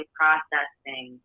processing